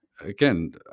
again